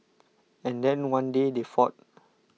and then one day they fought